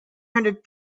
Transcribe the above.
hundred